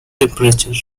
temperature